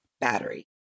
battery